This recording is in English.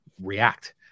React